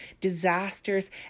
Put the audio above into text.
Disasters